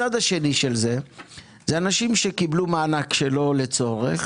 הצד השני של זה אלו אנשים שקיבלו מענק שלא לצורך